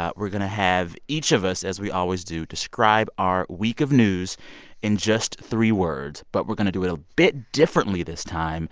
ah we're going to have each of us, as we always do, describe our week of news in just three words, but we're going to do it a bit differently this time